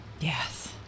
yes